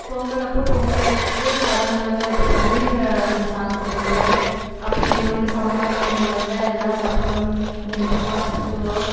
பொங்கல் அப்போது பொங்கல் வைச்சு கரும்பெலாம் இது பண்ணி சாமி கும்பிடுவோம் அப்புறம் எங்கள் ஊரில் சவுண்ட்டம்மன் நோண்பி வந்தால் எல்லாம் சப்பரம் எடுப்பாங்க அது சுற்றுவோம்